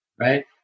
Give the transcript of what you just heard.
right